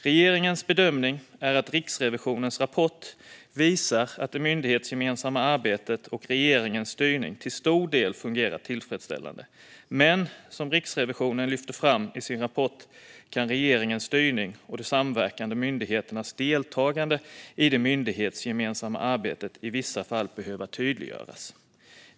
Regeringens bedömning är att Riksrevisionens rapport visar att det myndighetsgemensamma arbetet och regeringens styrning till stor del fungerar tillfredsställande. Men som Riksrevisionen lyfter fram i sin rapport kan regeringens styrning av de samverkande myndigheternas deltagande i det myndighetsgemensamma arbetet i vissa fall behöva tydliggöras.